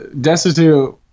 Destitute